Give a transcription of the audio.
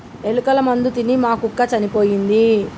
ఎలుకల మందు తిని మా కుక్క చనిపోయింది